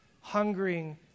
hungering